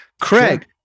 Craig